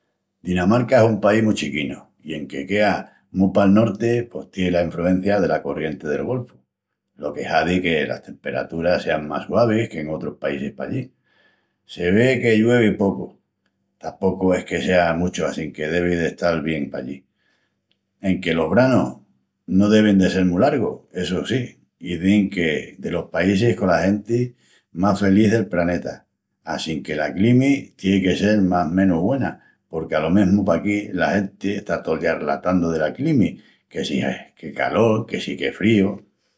Dinamarca es un país mu chiquinu i enque quea mu pal norti pos tien la infrugencia dela corrienti del Golfu, lo que hazi que las temperaturas sean más suavis qu'en otrus paísis pallí. Se ve que lluevi pocu. Ttapocu es que sea muchu assinque devi d'estal bien pallí enque los branus no devin de sel mu largus. Essu sí, izin qu'es delos paísis cola genti más felís del praneta assinque la climi tien que sel más menus güena, porque alo mesmu paquí, la genti está tol día relatandu dela climi, que si eh qué calol, que si qué fríu...